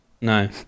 No